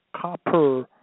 copper